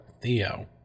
Theo